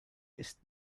ist